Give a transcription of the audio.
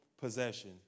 possession